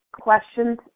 Questions